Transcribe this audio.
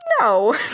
No